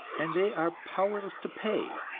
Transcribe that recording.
and they are powerless to pay,